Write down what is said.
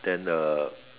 then uh